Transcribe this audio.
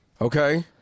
Okay